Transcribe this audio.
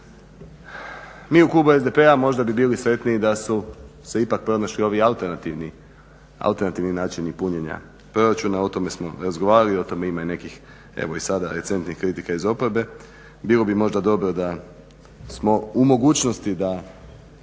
Mi u klubu SDP-a možda bi bili sretniji da su se ipak pronašli ovi alternativni načini punjenja proračuna, o tome smo razgovarali i o tome ima i nekih evo i sada recentnih kritika iz oporbe. Bilo bi možda dobro da smo u mogućnosti da